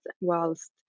whilst